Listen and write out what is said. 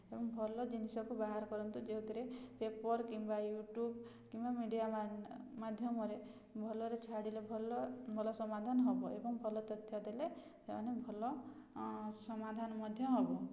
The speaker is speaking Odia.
ଭଲ ଜିନିଷକୁ ବାହାର କରନ୍ତୁ ଯେଉଁଥିରେ ପେପର୍ କିମ୍ବା ୟୁଟ୍ୟୁବ୍ କିମ୍ବା ମିଡ଼ିଆ ମାଧ୍ୟମରେ ଭଲରେ ଛାଡ଼ିଲେ ଭଲ ଭଲ ସମାଧାନ ହେବ ଏବଂ ଭଲ ତଥ୍ୟ ଦେଲେ ସେମାନେ ଭଲ ସମାଧାନ ମଧ୍ୟ ହେବ